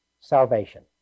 salvation